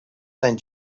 zijn